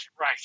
right